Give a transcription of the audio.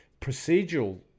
procedural